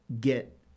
get